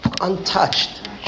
Untouched